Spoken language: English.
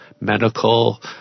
medical